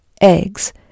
eggs